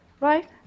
right